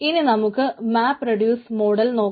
ഇനി നമുക്ക് MapReduce model നോക്കാം